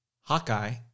Hawkeye